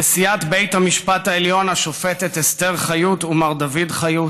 נשיאת בית המשפט העליון השופטת אסתר חיות ומר דוד חיות,